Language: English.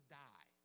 die